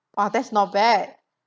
oh that's not bad